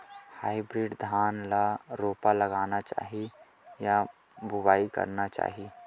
Hybrid धान ल रोपा लगाना चाही या बोआई करना चाही?